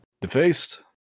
Defaced